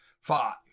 five